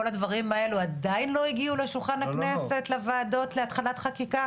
כל הדברים האלו עדיין לא הגיעו לשולחן הכנסת לוועדות להתחלת חקיקה?